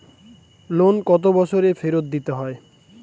Loan কত বছরে ফেরত দিতে হয়?